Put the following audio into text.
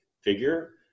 figure